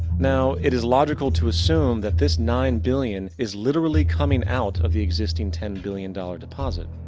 now, it is logical to assume, that this nine billion is literally coming out of the existing ten billion dollar deposit.